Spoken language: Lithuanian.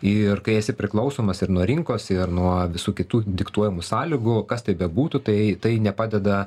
ir kai esi priklausomas ir nuo rinkos ir nuo visų kitų diktuojamų sąlygų kas tai bebūtų tai tai nepadeda